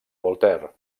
voltaire